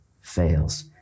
fails